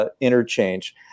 interchange